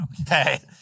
Okay